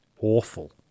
awful